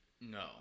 no